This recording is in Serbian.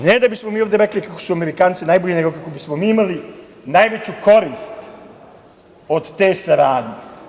Ne da bismo mi ovde rekli kako su Amerikanci najbolji, nego kako bismo imali najveću korist od te saradnje.